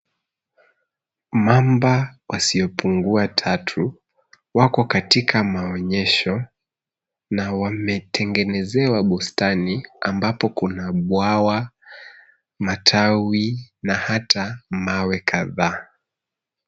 Mamba wasiopungua tatu wako katika maonyesho na wametengenezewa bustani, ambapo kuna bwawa, matawi na hata mawe kadhaa.